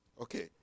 Okay